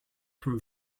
from